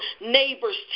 neighbors